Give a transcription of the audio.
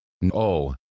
No